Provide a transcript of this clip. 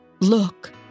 look